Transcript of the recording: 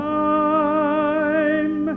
time